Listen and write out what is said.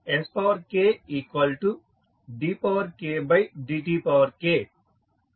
skdkdtkk12